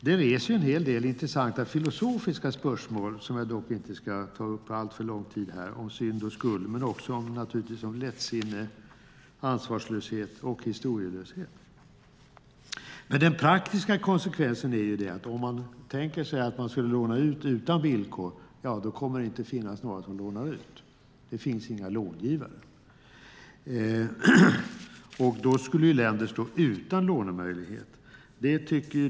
Detta reser en hel del intressanta filosofiska spörsmål om synd och skuld, som jag dock inte ska ta upp alltför mycket här, men naturligtvis också om lättsinne, ansvarslöshet och historielöshet. Om man tänker sig att man skulle låna ut utan villkor, blir den praktiska konsekvensen att det inte kommer att finnas några som lånar ut. Det finns inga långivare. Då skulle länder stå utan lånemöjligheter.